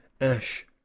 ash